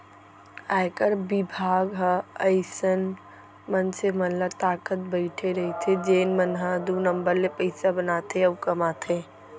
आयकर बिभाग ह अइसन मनसे मन ल ताकत बइठे रइथे जेन मन ह दू नंबर ले पइसा बनाथे अउ कमाथे